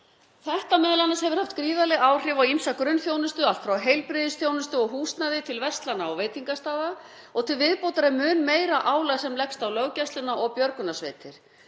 Þetta m.a. hefur haft gríðarleg áhrif á ýmsa grunnþjónustu, allt frá heilbrigðisþjónustu og húsnæði til verslana og veitingastaða og til viðbótar er mun meira álag á löggæslu og björgunarsveitir.